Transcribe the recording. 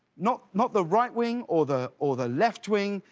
not not the right wing or the or the left wing,